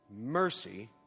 Mercy